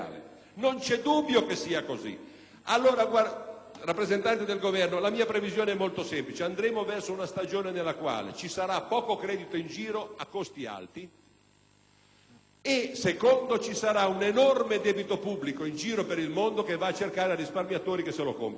così. Rappresentante del Governo, la mia previsione è molto semplice. Si andrà verso una stagione nella quale ci sarà poco credito in giro a costi alti, oltre ad un enorme debito pubblico in giro per il mondo che cercherà risparmiatori disposti a comprarlo a condizioni vantaggiose,